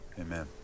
amen